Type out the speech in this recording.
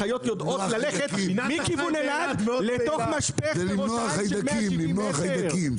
החיות יודעות ללכת מכיוון אלעד לתוך משפך ראש העין של 170 מטר?